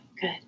Good